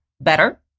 better